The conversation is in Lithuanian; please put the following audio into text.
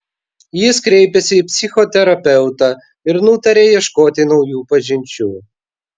jis kreipėsi į psichoterapeutą ir nutarė ieškoti naujų pažinčių